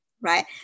right